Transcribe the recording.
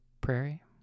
prairie